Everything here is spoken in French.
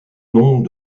noms